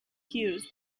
hughes